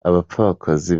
abapfakazi